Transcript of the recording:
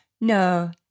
No